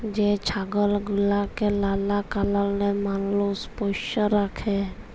যে ছাগল গুলাকে লালা কারলে মালুষ পষ্য রাখে